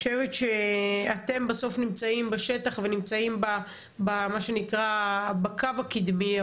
אני חושבת שאתם בסוף נמצאים בשטח ונמצאים במה שנקרא בקו הקדמי,